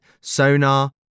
sonar